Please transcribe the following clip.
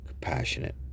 compassionate